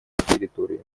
территории